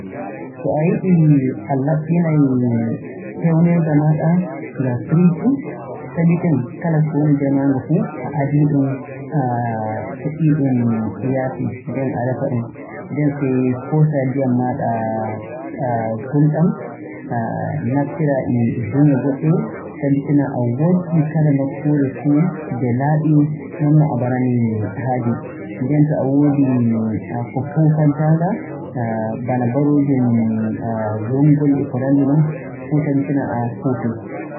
So a yiɗii a laaɓɓinay peewnirga maaɗa nga piriiji, tabitin kala ko woni nder maaga fuu a adii-ɗum, a soƴƴii-ɗum yaasi. Nden a resa-ɗum, nden sey koosaa ndiyam maaɗa gulɗam, naftiraa e bunye goɗɗe, tabitina a woggii kala nokkuure fuu nde laaɓii non no a marani haaje. Nden to a woodi bana ko fuufantaa-nga bana baroojum luɓngol, e ko nanndi non, fuu tabitinaa a fuufii.